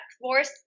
force